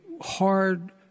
Hard